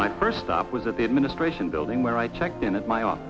my first stop was at the administration building where i checked in at my office